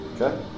Okay